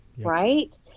right